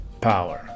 power